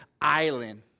island